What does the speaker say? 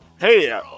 Hey